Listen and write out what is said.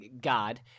god